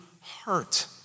heart